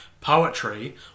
poetry